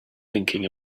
thinking